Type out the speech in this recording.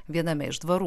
viename iš dvarų